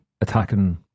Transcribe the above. attacking